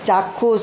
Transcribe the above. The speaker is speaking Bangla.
চাক্ষুষ